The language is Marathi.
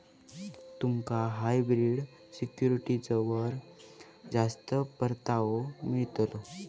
तुमका हायब्रिड सिक्युरिटीजवर जास्त परतावो मिळतलो